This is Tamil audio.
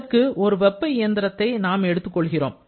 இதற்கு ஒரு வெப்ப இயந்திரத்தை நாம் எடுத்துக்கொள்கிறோம்